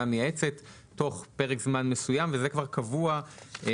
המייעצת תוך פרק זמן מסוים וזה כבר קבוע בסעיף